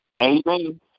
Amen